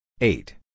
Eight